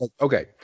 Okay